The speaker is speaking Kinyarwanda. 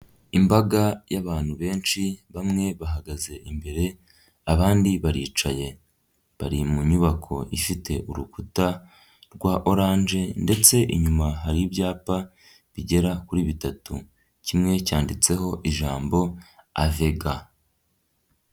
Imbaga y'abantu benshi bamwe bahagaze imbere abandi baricaye, bari mu nyubako ifite urukuta rwa oranje ndetse inyuma hari ibyapa bigera kuri bitatu, kimwe cyanditseho ijambo avega.